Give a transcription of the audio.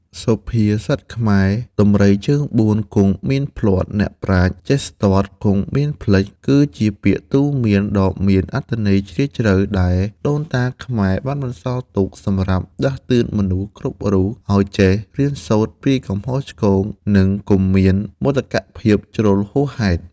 សុភាសិតខ្មែរ ដំរីជើងបួនគង់មានភ្លាត់ អ្នកប្រាជ្ញចេះស្ទាត់គង់មានភ្លេច គឺជាពាក្យទូន្មានដ៏មានអត្ថន័យជ្រាលជ្រៅ ដែលដូនតាខ្មែរបានបន្សល់ទុកសម្រាប់ដាស់តឿនមនុស្សគ្រប់រូបឱ្យចេះរៀនសូត្រពីកំហុសឆ្គង និងកុំមានមោទកភាពជ្រុលហួសហេតុ។